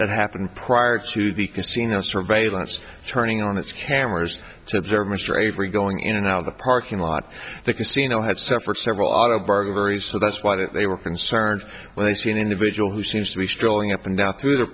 that happened prior to the casino surveillance turning on its cameras to observe mr avery going in and out of the parking lot the casino had suffered several auto burglaries so that's why that they were concerned when they see an individual who seems to be strolling up and down through the